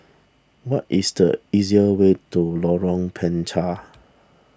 what is the easier way to Lorong Panchar